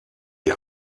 die